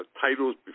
titles